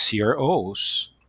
cro's